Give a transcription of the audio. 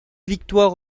victoires